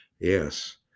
yes